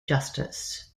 justice